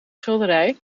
schilderij